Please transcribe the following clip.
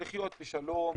לחיות בשלום,